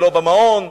ולא במעון,